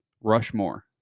Rushmore